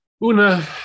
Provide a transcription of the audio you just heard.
Una